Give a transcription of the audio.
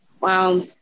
Wow